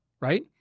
right